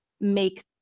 make